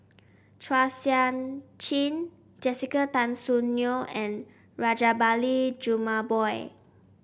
Chua Sian Chin Jessica Tan Soon Neo and Rajabali Jumabhoy